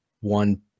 one